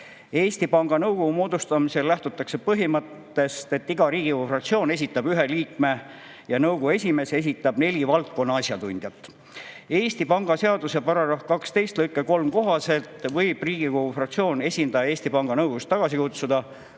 Eesti Panga Nõukogu moodustamisel lähtutakse põhimõttest, et iga Riigikogu fraktsioon esitab ühe [oma] liikme ja nõukogu esimees esitab neli valdkonna asjatundjat. Eesti Panga seaduse § 12 lõike 3 kohaselt võib Riigikogu fraktsiooni esindaja Eesti Panga Nõukogust tagasi kutsuda,